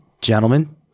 Gentlemen